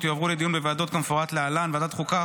יועברו לדיון בוועדות כמפורט להלן: ועדת החוקה,